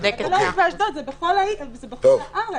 זה לא רק באשדוד, זה בכל הארץ.